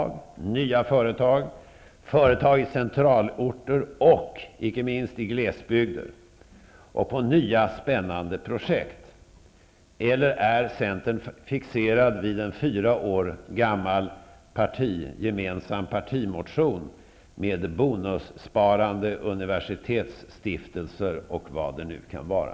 Jag tänker då på nya företag, företag på centralorter och, inte minst, företag i glesbygder men också på nya spännande projekt. Eller är ni i centern fixerade vid en fyra år gammal gemensam partimotion med bonussparande, universitetsstiftelser och vad det nu kan vara?